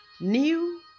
New